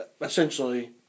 Essentially